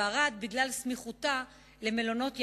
וערד בגלל סמיכותה למלונות ים-המלח.